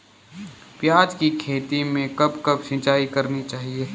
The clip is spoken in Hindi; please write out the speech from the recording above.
प्याज़ की खेती में कब कब सिंचाई करनी चाहिये?